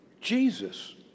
Jesus